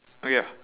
uh ya